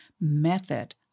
method